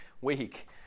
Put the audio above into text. week